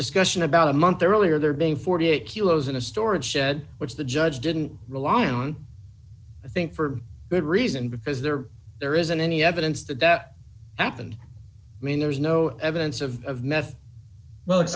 discussion about a month earlier there being forty eight dollars kilos in a storage shed which the judge didn't rely on i think for good reason because there there isn't any evidence that that act and i mean there's no evidence of meth well